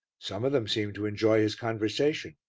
some of them seem to enjoy his conversation.